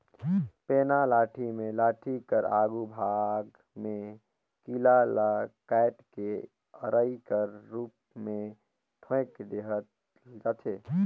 पैना लाठी मे लाठी कर आघु भाग मे खीला ल काएट के अरई कर रूप मे ठोएक देहल जाथे